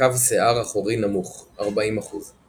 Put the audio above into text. קו שיער אחורי נמוך 40%